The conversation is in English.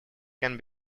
can